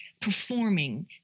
performing